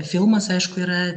filmas aišku yra